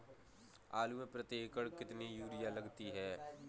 आलू में प्रति एकण कितनी यूरिया लगती है?